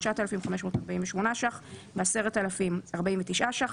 9,548 ש"ח ו-10,049 ש"ח,